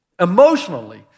Emotionally